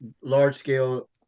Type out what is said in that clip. large-scale